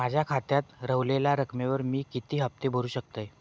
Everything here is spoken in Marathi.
माझ्या खात्यात रव्हलेल्या रकमेवर मी किती हफ्ते भरू शकतय?